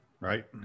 right